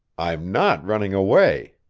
i'm not running away,